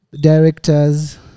directors